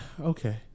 okay